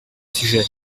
sujet